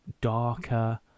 darker